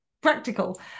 practical